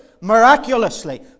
miraculously